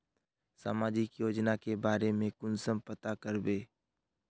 सामाजिक योजना के बारे में कुंसम पता करबे?